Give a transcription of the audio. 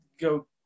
go